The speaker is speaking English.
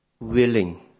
willing